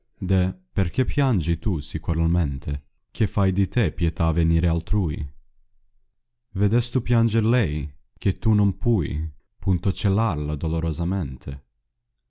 perchè piangi tu si coralmente che fai di te pietà venire altrui tedestu pianger lei che tu non pui punto celar la